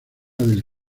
del